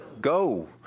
Go